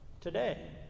today